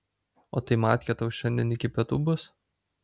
o tai matkė tau šiandien iki pietų bus